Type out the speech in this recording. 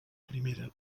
primera